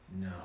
No